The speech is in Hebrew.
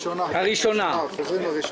הראשונה.